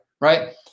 right